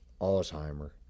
Alzheimer